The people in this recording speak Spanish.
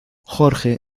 jorge